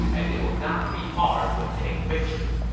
and it will not be hard to attain victory.